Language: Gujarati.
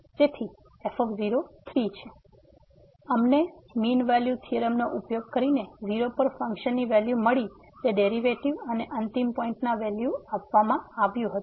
તેથી અમને મીન વેલ્યુ થીયોરમનો ઉપયોગ કરીને 0 પર ફંકશન ની વેલ્યુ મળી તે ડેરિવેટિવ્ઝ અને અંતિમ પોઈંટ ના વેલ્યુ આપવામાં આવ્યા હતું